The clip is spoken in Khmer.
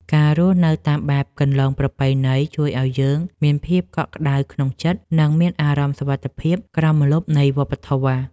ការរស់នៅតាមបែបគន្លងប្រពៃណីជួយឱ្យយើងមានភាពកក់ក្ដៅក្នុងចិត្ត និង មានអារម្មណ៍សុវត្ថិភាពក្រោមម្លប់នៃវប្បធម៌។